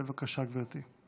בבקשה, גברתי.